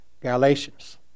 Galatians